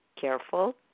Careful